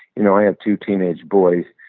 you know i have two teenage boys.